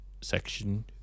section